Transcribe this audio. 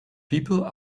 people